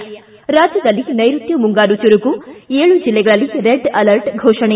ಿ ರಾಜ್ಯದಲ್ಲಿ ನೈರುತ್ತ ಮುಂಗಾರು ಚುರುಕು ಏಳು ಜಿಲ್ಲೆಗಳಲ್ಲಿ ರೆಡ್ ಅಲರ್ಟ್ ಘೋಷಣೆ